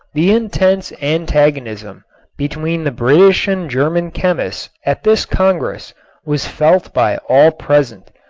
the intense antagonism between the british and german chemists at this congress was felt by all present,